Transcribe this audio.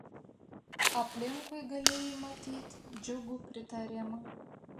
aplinkui galėjai matyt džiugų pritarimą